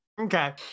Okay